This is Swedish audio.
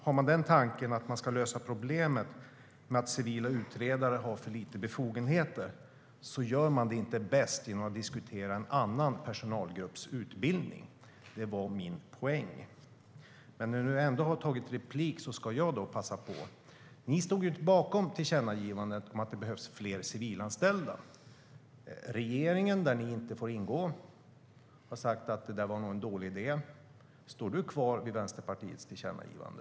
Har man tanken att man ska lösa problemet med att civila utredare har för lite befogenheter gör man det inte bäst genom att diskutera en annan personalgrupps utbildning. Det var min poäng. När jag nu ändå har begärt replik ska jag passa på att ställa en fråga. Ni stod ju bakom tillkännagivandet om att det behövs fler civilanställda. Regeringen, där ni inte får ingå, har sagt att det nog var en dålig idé. Står du fast vid Vänsterpartiets tillkännagivande?